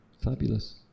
fabulous